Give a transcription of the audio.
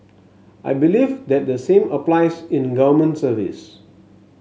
I believe that the same applies in government service